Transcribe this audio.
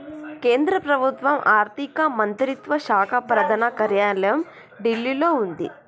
కేంద్ర ప్రభుత్వం ఆర్ధిక మంత్రిత్వ శాఖ ప్రధాన కార్యాలయం ఢిల్లీలో వుంది